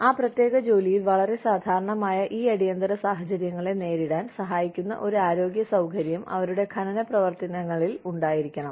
ആ പ്രത്യേക ജോലിയിൽ വളരെ സാധാരണമായ ഈ അടിയന്തിര സാഹചര്യങ്ങളെ നേരിടാൻ സഹായിക്കുന്ന ഒരു ആരോഗ്യ സൌകര്യം അവരുടെ ഖനന പ്രവർത്തനങ്ങളിൽ ഉണ്ടായിരിക്കണം